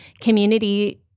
community